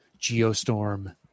geostorm